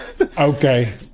Okay